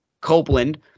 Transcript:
Copeland